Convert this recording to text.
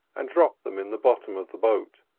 and dropped them in the bottom of the boat,